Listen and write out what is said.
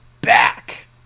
back